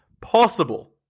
possible